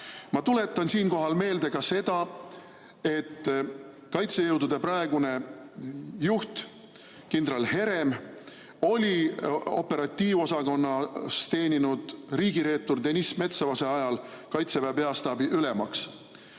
Ma tuletan siinkohal meelde ka seda, et kaitsejõudude praegune juht, kindral Herem oli operatiivosakonnas teeninud riigireetur Deniss Metsavase ajal Kaitseväe peastaabi ülem.